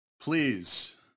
please